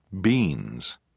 beans